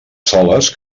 soles